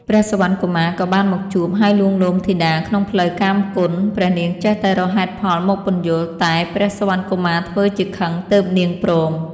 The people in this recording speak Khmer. ព្រះសុវណ្ណកុមារក៏បានមកជួប ហើយលួងលោមធីតាក្នុងផ្លូវកាមគុណ ព្រះនាងចេះតែរកហេតុផលមកពន្យល់ តែព្រះសុវណ្ណកុមារធ្វើជាខឹងទើបនាងព្រម។